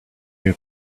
new